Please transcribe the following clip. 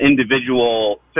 individual